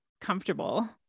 comfortable